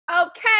Okay